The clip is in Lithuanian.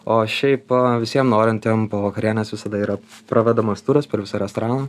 o šiaip visiem norintiem po vakarienės visada yra pravedamas turas per visą restoraną